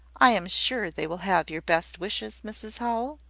i am sure they will have your best wishes, mrs howell?